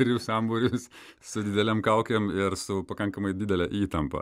ir jų sambūris su didelėm kaukėm ir su pakankamai didele įtampa